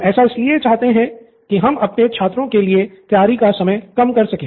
हम ऐसा इसलिए चाहते हैं कि हम अपने छात्रों के लिए तैयारी का समय कम कर सके